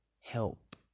help